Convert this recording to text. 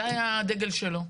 זה היה הדגל שלו.